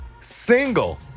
single